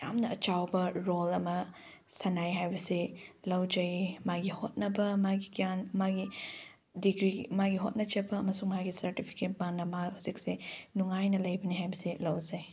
ꯌꯥꯝꯅ ꯑꯆꯧꯕ ꯔꯣꯜ ꯑꯃ ꯁꯥꯟꯅꯩ ꯍꯥꯏꯕꯁꯦ ꯂꯧꯖꯩ ꯃꯥꯒꯤ ꯍꯣꯠꯅꯕ ꯃꯥꯒꯤ ꯒ꯭ꯌꯥꯟ ꯃꯥꯒꯤ ꯗꯤꯒ꯭ꯔꯤ ꯃꯥꯒꯤ ꯍꯣꯠꯅꯖꯕ ꯑꯃꯁꯨꯡ ꯃꯥꯒꯤ ꯁꯔꯇꯤꯐꯤꯀꯦꯠ ꯃꯥꯅ ꯃꯥ ꯍꯧꯖꯤꯛꯁꯦ ꯅꯨꯡꯉꯥꯏꯅ ꯂꯩꯕꯅꯦ ꯍꯥꯏꯕꯁꯦ ꯂꯧꯖꯩ